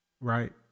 right